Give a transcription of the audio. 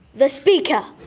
the speaker.